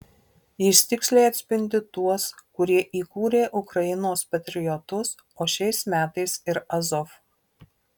jis tiksliai atspindi tuos kurie įkūrė ukrainos patriotus o šiais metais ir azov